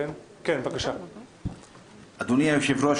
אדוני היושב-ראש,